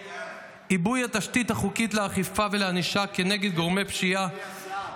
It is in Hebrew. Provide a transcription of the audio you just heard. עיבוי התשתית החוקית לאכיפה ולענישה כנגד גורמי פשיעה,